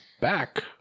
back